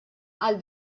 għal